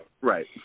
Right